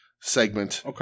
segment